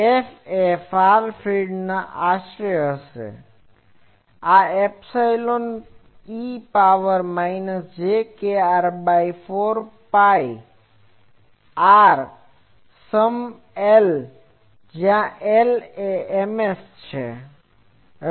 F એક far ફિલ્ડના આશરે હશે આ એપ્સીલોન ઇ પાવર માઈનસ જે j kr by 4 pi r some L જ્યાં L એ Ms છે